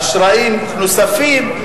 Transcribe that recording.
אשראים נוספים.